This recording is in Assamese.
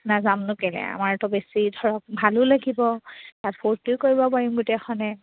নাযামনো কেলৈ আমাৰতো বেছি ধৰক ভালো লাগিব তাত ফূৰ্তিও কৰিব পাৰিম গোটেইখনে